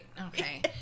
Okay